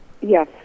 Yes